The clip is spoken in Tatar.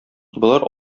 болар